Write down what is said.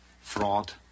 fraud